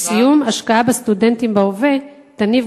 לסיום: "השקעה בסטודנטים בהווה תניב